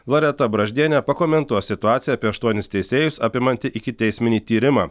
loreta braždienė pakomentuos situaciją apie aštuonis teisėjus apimantį ikiteisminį tyrimą